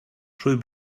trwy